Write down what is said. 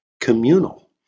communal